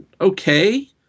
okay